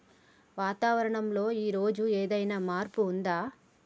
వాతావరణం లో ఈ రోజు ఏదైనా మార్పు ఉందా?